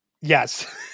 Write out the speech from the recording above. Yes